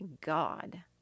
God